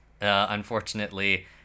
Unfortunately